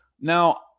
Now